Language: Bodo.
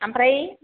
आमफ्राय